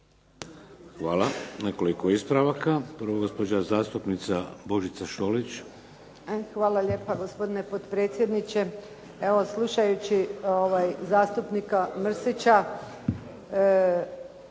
Hvala. Nekoliko ispravaka, prvo gospođa zastupnica Božica Šolić. **Šolić, Božica (HDZ)** Hvala lijepa gospodine potpredsjedniče, evo slušajući zastupnika Mršića